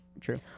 true